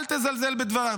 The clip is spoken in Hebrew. אל תזלזל בדברם,